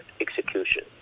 execution